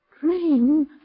Dream